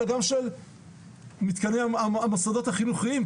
אלא של מתקני המוסדות החינוכיים,